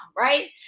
right